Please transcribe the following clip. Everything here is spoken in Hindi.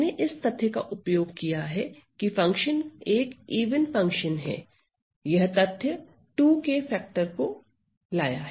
मैंने इस तथ्य का उपयोग किया है की फंक्शन एक इवन फंक्शन है यह तथ्य 2 के फैक्टर को लाया